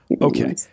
Okay